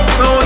no